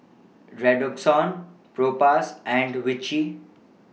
Redoxon Propass and Vichy